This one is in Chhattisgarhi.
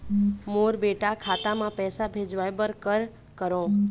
मोर बेटा खाता मा पैसा भेजवाए बर कर करों?